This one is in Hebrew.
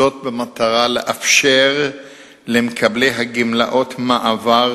זאת במטרה לאפשר למקבלי הגמלאות מעבר